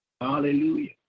Hallelujah